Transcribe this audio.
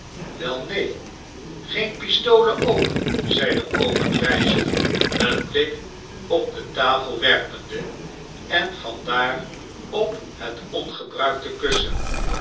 wel neen green pistolen ook zeide obenreizer een blik op de tafel werpende en van daar op het ongebruikte kussen